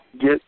get